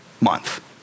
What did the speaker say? month